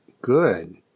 good